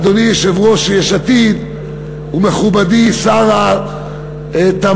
אדוני יושב-ראש יש עתיד ומכובדי שר התעשייה והמסחר,